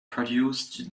produce